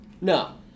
No